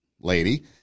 lady